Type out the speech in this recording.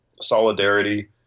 solidarity